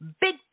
big